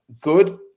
good